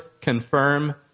confirm